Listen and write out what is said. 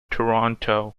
toronto